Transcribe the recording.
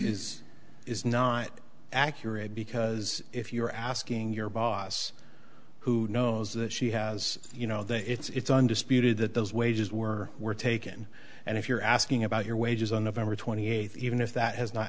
is is not accurate because if you're asking your boss who knows that she has you know that it's undisputed that those wages were were taken and if you're asking about your wages on november twenty eighth even if that has not